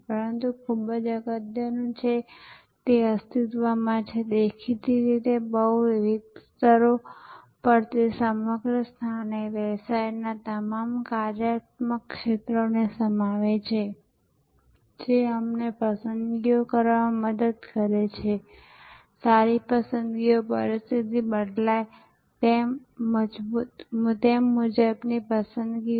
પરંતુ ખૂબ જ અગત્યનું તે અસ્તિત્વમાં છેદેખીતી રીતે બહુવિધ સ્તરો પર તે સમગ્ર સંસ્થાને વ્યવસાયના તમામ કાર્યાત્મક ક્ષેત્રોને સમાવે છે તે અમને પસંદગીઓ કરવામાં મદદ કરે છે સારી પસંદગીઓ પરિસ્થિતિ બદલાય તેમ મુજબની પસંદગીઓ